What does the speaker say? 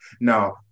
Now